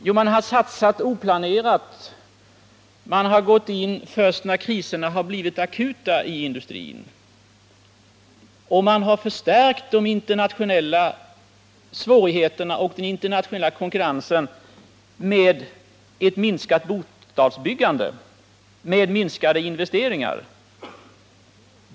Jo, man har satsat oplanerat, man har gått in med åtgärder först när kriserna har blivit akuta. Man har också förstärkt svårigheterna i samband med bl.a. den internationella konkurrensen med exempelvis ett minskat bostadsbyggande, med minskade investeringar.